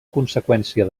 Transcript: conseqüència